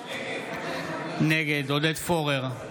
נגד עודד פורר,